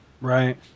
Right